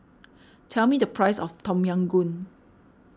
tell me the price of Tom Yam Goong